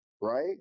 right